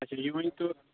اچھا یہِ ؤنۍتَو